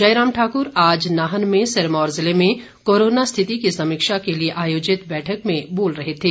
जयराम ठाकुर आज नाहन में सिरमौर जिले में कोरोना स्थिति की समीक्षा के लिए आयोजित बैठक में बोल रहे थे